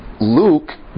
Luke